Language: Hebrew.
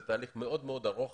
זה תהליך מאוד מאוד ארוך